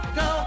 go